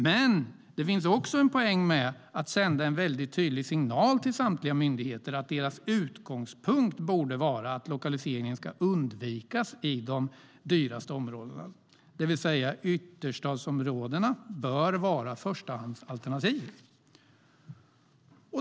Men det finns också en poäng med att sända en väldigt tydlig signal till samtliga myndigheter att deras utgångspunkt borde vara att lokalisering ska undvikas i de dyraste områdena, det vill säga att ytterstadsområdena bör vara förstahandsalternativ.